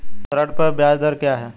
ऋण पर ब्याज दर क्या है?